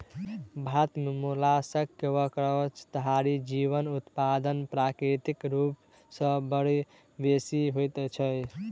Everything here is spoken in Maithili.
भारत मे मोलास्कक वा कवचधारी जीवक उत्पादन प्राकृतिक रूप सॅ बड़ बेसि होइत छै